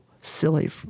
silly